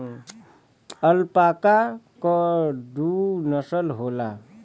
alpaca क दू नसल होला